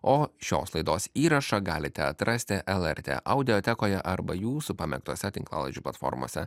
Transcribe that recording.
o šios laidos įrašą galite atrasti lrt audiotekoje arba jūsų pamėgtose tinklalaidžių platformose